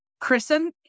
Kristen